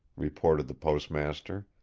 reported the postmaster.